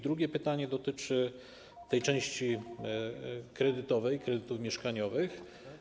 Drugie pytanie dotyczy części kredytowej, kredytów mieszkaniowych.